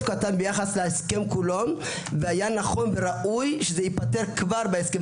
קטן ביחס להסכם כולו והיה ראוי שייפתר כבר בהסכם